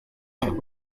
that